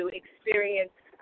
experience